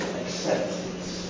acceptance